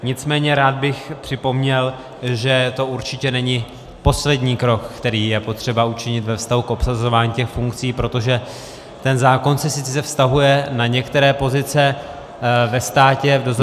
Nicméně rád bych připomněl, že to určitě není poslední krok, který je potřeba učinit ve vztahu k obsazování funkcí, protože ten zákon se sice vztahuje na některé pozice ve státě, v dozorčích radách